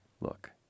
Look